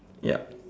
yep